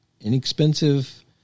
inexpensive